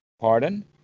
Pardon